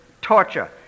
torture